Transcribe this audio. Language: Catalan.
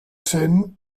sent